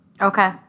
Okay